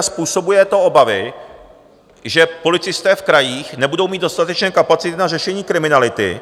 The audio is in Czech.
způsobuje to obavy, že policisté v krajích nebudou mít dostatečné kapacity na řešení kriminality.